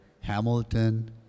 Hamilton